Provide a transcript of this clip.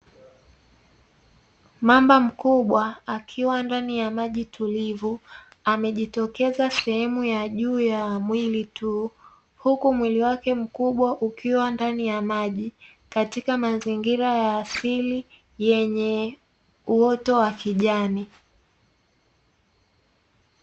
Mamba mkubwa akiwa ndani ya maji tulivu, amejitokeza sehemu ya juu ya mwili tu, huku mwili wake mkubwa ukiwa ndani ya maji, katika mazingira ya asili yenye uoto wa kijani.